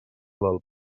del